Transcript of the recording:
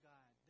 God